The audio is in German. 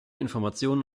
informationen